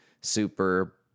super